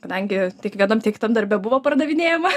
kadangi tiek vienam tiek kitam darbe buvo pardavinėjama